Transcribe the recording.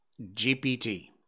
GPT